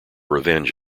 revenge